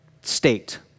state